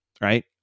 right